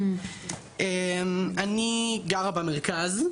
אני גרה במרכז.